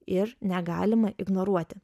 ir negalima ignoruoti